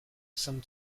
some